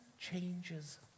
changes